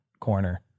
corner